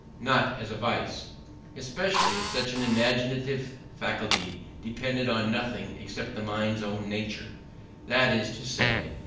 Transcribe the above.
not as a vice especially if such an imaginative faculty depended on nothing except the mind's own nature that is to say,